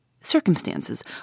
Circumstances